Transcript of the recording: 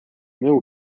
nõu